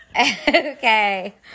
okay